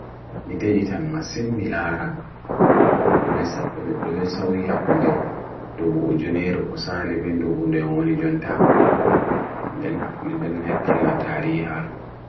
Midaitan masin milaara, ɗume sauyi hakkunde nɗubu ujuneere kosaali be jonta